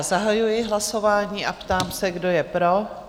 Zahajuji hlasování a ptám se, kdo je pro?